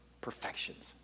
perfections